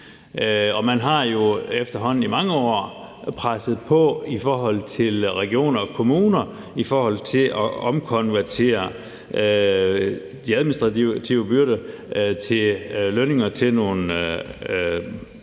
Man har jo efterhånden i mange år presset på i regioner og kommuner i forhold til at konvertere de administrative byrder til lønninger til nogle